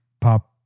pop